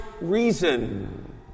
reason